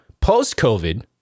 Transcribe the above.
post-COVID